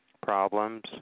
problems